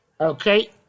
Okay